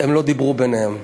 הם לא דיברו ביניהם.